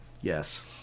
Yes